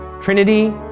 Trinity